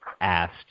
asked